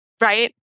right